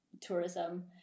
tourism